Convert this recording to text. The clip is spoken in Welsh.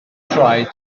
traed